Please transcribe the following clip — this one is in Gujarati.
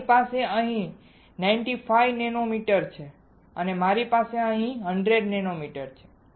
મારી પાસે અહીં 95 નેનોમીટર છે મારી પાસે અહીં 100 નેનોમીટર છે